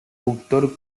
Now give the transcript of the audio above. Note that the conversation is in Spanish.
autor